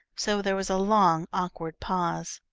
so there was a long, awkward pause.